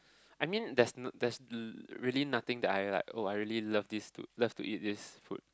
I mean there's there's really nothing that I like oh I really love this to love to eat this food